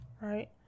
right